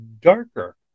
darker